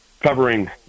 covering